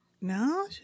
No